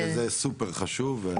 שזה סופר חשוב.